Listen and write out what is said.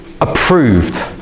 approved